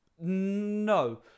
No